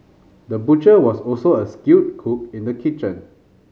the butcher was also a skilled cook in the kitchen